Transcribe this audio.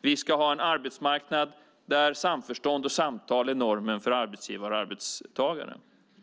Vi ska ha en arbetsmarknad där samförstånd och samtal är normen för arbetsgivare och arbetstagare.